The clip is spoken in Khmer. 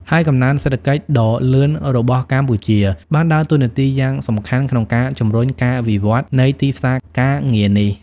ហើយកំណើនសេដ្ឋកិច្ចដ៏លឿនរបស់កម្ពុជា បានដើរតួនាទីយ៉ាងសំខាន់ក្នុងការជំរុញការវិវត្តន៍នៃទីផ្សារការងារនេះ។